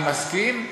אני מסכים,